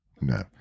no